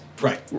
Right